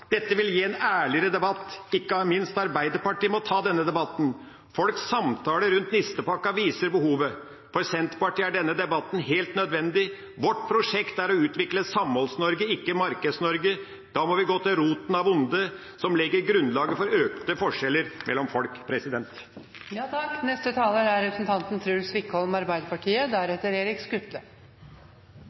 Dette vil gi en ærligere debatt. Ikke minst Arbeiderpartiet må ta denne debatten. Folks samtaler rundt nistepakken viser behovet. For Senterpartiet er denne debatten helt nødvendig. Vårt prosjekt er å utvikle Samholds-Norge, ikke Markeds-Norge. Da må vi gå til rota til ondet, som legger grunnlaget for økte forskjeller mellom folk. Høyre hevder at de er opptatt av å bedre og hjelpe norske bedrifters rammevilkår. Det er